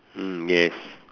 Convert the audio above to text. mm yes